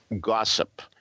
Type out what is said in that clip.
gossip